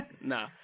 no